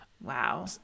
Wow